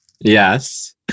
Yes